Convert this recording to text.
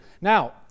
Now